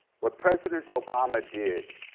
what president obama did